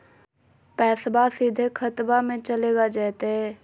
पैसाबा सीधे खतबा मे चलेगा जयते?